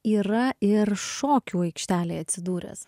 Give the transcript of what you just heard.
yra ir šokių aikštelėj atsidūręs